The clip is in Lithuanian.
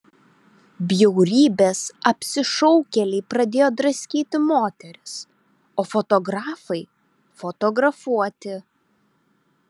bjaurybės apsišaukėliai pradėjo draskyti moteris o fotografai fotografuoti